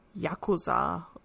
Yakuza